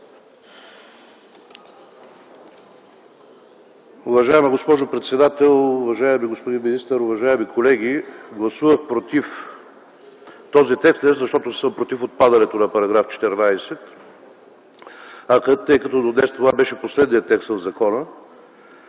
Уважаема госпожо председател, уважаеми господин министър, уважаеми колеги! Гласувах против този текст, не защото съм против отпадането на § 14, тъй като до днес това беше последният текст в закона.